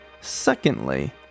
Secondly